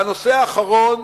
והנושא האחרון